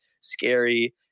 scary